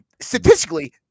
statistically